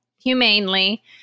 humanely